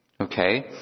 okay